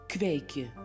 Kweekje